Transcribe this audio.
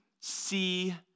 See